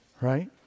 right